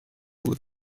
بود